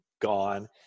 gone